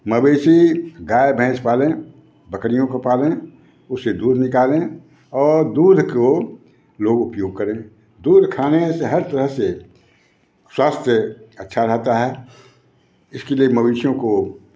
मवेशी गाई भैंस पालें बकरियों को पालें उससे दूध निकालें और दूध को लोग उपयोग करें दूध खाने से हर तरह से स्वास्थय अच्छा रहता है इसके लिए मवेशियों को